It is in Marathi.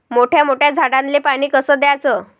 मोठ्या मोठ्या झाडांले पानी कस द्याचं?